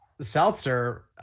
seltzer